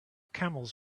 camels